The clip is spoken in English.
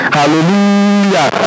Hallelujah